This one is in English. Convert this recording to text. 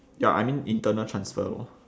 ya I mean internal transfer orh